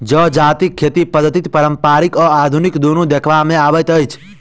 जजातिक खेती पद्धति पारंपरिक आ आधुनिक दुनू देखबा मे अबैत अछि